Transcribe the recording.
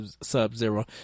Sub-Zero